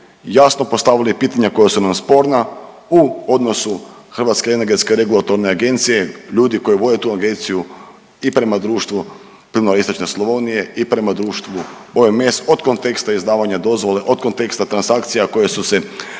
jasno postavili pitanja koja su nam sporna u odnosu Hrvatske energetske regulatorne agencije, ljudi koji vode tu agenciju i prema društva Plinara istočne Slavonije i prema društvu OMS od konteksta izdavanja dozvole, od konteksta transakcija koje su se